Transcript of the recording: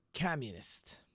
communist